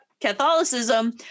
Catholicism